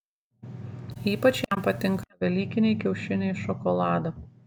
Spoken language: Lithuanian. ypač jam patinka velykiniai kiaušiniai iš šokolado